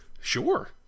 sure